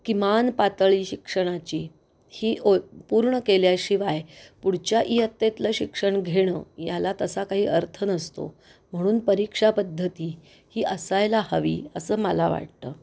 किमान पातळी शिक्षणाची ही ओ पूर्ण केल्याशिवाय पुढच्या इयत्तेतलं शिक्षण घेणं याला तसा काही अर्थ नसतो म्हणून परीक्षा पद्धती ही असायला हवी असं मला वाटतं